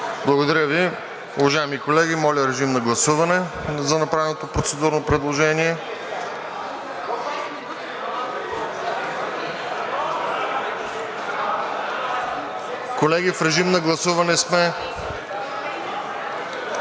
Благодаря Ви. Уважаеми колеги, моля режим на гласуване за направеното процедурно предложение. Колеги, в режим на гласуване сме.